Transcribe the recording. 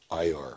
IR